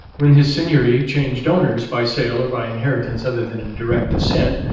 when his seigneury changed owners by sale or by inheritance other than in direct descent,